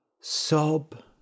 sob